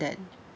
that